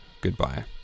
Goodbye